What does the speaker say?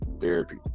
therapy